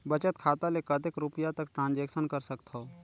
बचत खाता ले कतेक रुपिया तक ट्रांजेक्शन कर सकथव?